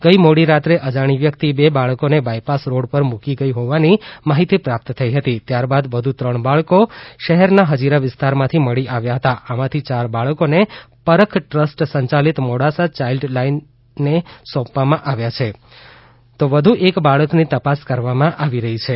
ગઈ મોડીરાત્રે અજાણી વ્યક્તિ બે બાળકોને બાયપાસ રોડ પર મુકી ગઈ ફોવાની માહિતી પ્રાપ્ત થઇ હતી ત્યારબાદ વધુ ત્રણ બાળકો શહેરના હજીરા વિસ્તારમાંથી મળી આવ્યા હતા આમાથી ચાર બાળકોને પરખ ટ્રસ્ટ સંયાલિત મોડાસા ચાઈલ્ડ લાઈનને સોંપવામાં આવ્યા હતા તો વધુ એક બાળકની તપાસ કરવામાં આવી રહી છે